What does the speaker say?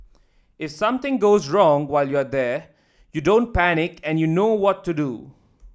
if something goes wrong while you're there you don't panic and you know what to do